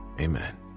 amen